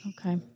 Okay